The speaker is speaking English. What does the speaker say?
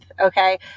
Okay